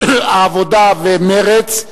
העבודה ומרצ,